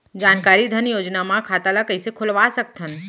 जानकारी धन योजना म खाता ल कइसे खोलवा सकथन?